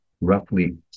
roughly